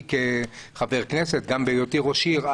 כחבר הכנסת וגם בהיותי ראש עיר,